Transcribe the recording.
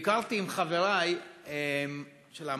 ביקרתי עם חברי מהמחנ"צ